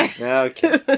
Okay